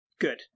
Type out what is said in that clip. good